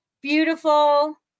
beautiful